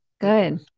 Good